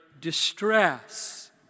distress